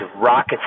rocket